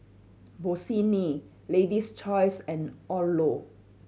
Bossini Lady's Choice and Odlo